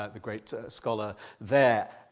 ah the great scholar there.